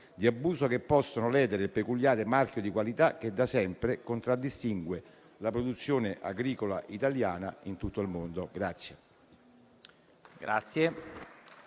di abuso, che possono ledere il peculiare marchio di qualità che da sempre contraddistingue la produzione agricola italiana in tutto il mondo.